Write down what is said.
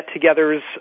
get-togethers